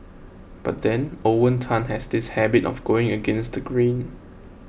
but then Owen Tan has this habit of going against the grain